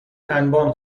انبان